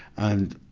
and